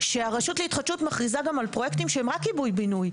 כשהרשות להתחדשות מכריזה גם על פרויקטים הם רק עיבוי בינוי,